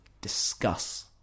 discuss